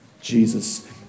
Jesus